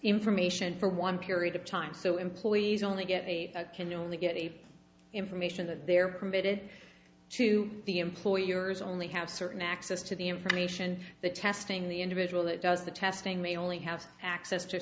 information for one period of time so employees only get they can only get the information that they are permitted to the employers only have certain access to the information that testing the individual that does the testing may only have access to